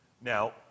Now